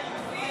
כן.